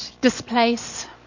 displace